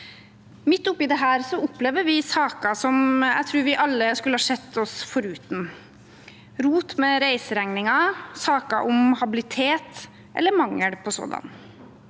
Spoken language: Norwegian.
Midt oppe i dette opplever vi saker som jeg tror vi alle gjerne skulle vært foruten – rot med reiseregninger, saker om habilitet, eller om mangel på sådan.